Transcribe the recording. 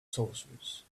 sorcerers